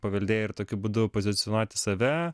paveldėjai ir tokiu būdu pozicionuoti save